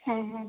ಹ್ಞೂ ಹ್ಞೂ